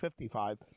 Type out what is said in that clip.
55